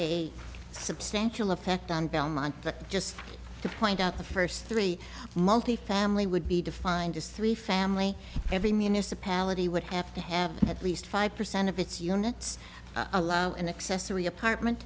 a substantial effect on belmont just to point out the first three multifamily would be defined as three family every municipality would have to have at least five percent of its units allow an accessory apartment